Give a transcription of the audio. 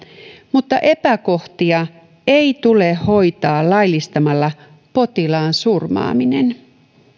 mutta epäkohtia ei tule hoitaa laillistamalla potilaan surmaaminen